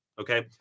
Okay